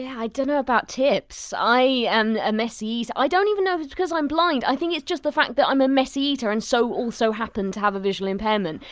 yeah i don't know about tips. i am a messy eater. so i don't even know if it's because i'm blind i think it's just the fact that i'm a messy eater and so also happen to have a visual impairment.